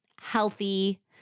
healthy